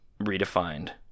redefined